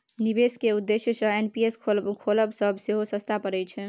निबेश केर उद्देश्य सँ एन.पी.एस खोलब सँ सेहो सस्ता परय छै